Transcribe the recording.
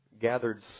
gathered